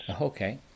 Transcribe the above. Okay